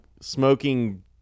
smoking